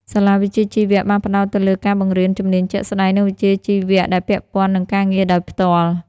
សាលាវិជ្ជាជីវៈ បានផ្តោតទៅលើការបង្រៀនជំនាញជាក់ស្តែងនិងវិជ្ជាជីវៈដែលពាក់ព័ន្ធនឹងការងារដោយផ្ទាល់។